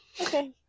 Okay